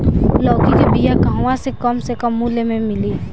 लौकी के बिया कहवा से कम से कम मूल्य मे मिली?